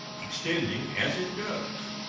extending, as it does,